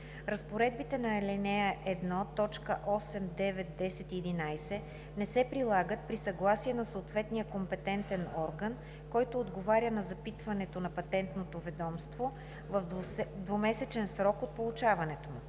„Разпоредбите на ал. 1, т. 8, 9, 10 и 11 не се прилагат при съгласие на съответния компетентен орган, който отговаря на запитването на Патентното ведомство в двумесечен срок от получаването му.